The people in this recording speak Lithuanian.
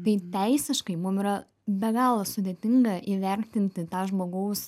tai teisiškai mum yra be galo sudėtinga įvertinti tą žmogaus